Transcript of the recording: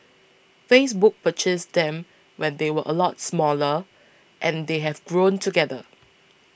Facebook purchased them when they were a lot smaller and they have grown together